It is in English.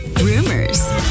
Rumors